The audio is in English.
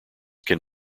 can